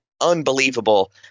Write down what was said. unbelievable